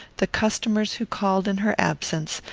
the customers who called in her absence,